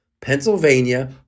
Pennsylvania